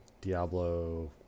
Diablo